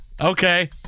Okay